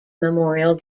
memorial